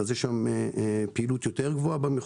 יש שם פעילות גבוהה יותר,